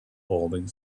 falling